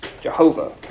Jehovah